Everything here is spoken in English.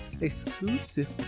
exclusive